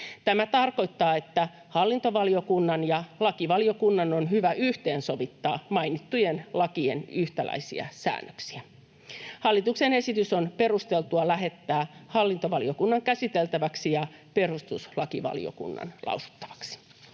Tämä tarkoittaa, että hallintovaliokunnan ja lakivaliokunnan on hyvä yhteensovittaa mainittujen lakien yhtäläisiä säännöksiä. Hallituksen esitys on perusteltua lähettää hallintovaliokuntaan käsiteltäväksi ja perustuslakivaliokuntaan lausuttavaksi.